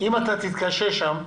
אם אתה תתקשה שם,